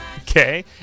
Okay